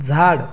झाड